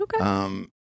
Okay